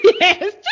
yes